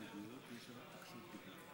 הא?